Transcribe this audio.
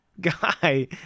guy